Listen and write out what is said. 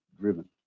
driven